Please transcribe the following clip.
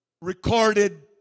recorded